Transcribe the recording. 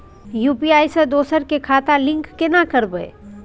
UPI से दोसर के खाता लिंक केना करबे?